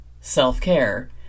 self-care